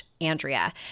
Andrea